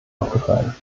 aufgefallen